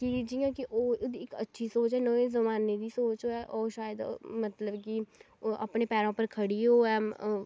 कि जि'यां कि एह् एह्दी इक अच्छी सोच न नमें जमान्ने दी सोच ऐ ओह् शायद मतलब कि अपने ओह् पैरें उप्पर खड़ी होऐ